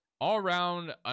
all-around